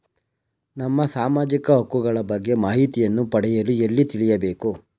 ನಮ್ಮ ಸಾಮಾಜಿಕ ಹಕ್ಕುಗಳ ಬಗ್ಗೆ ಮಾಹಿತಿಯನ್ನು ಪಡೆಯಲು ಎಲ್ಲಿ ತಿಳಿಯಬೇಕು?